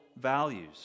values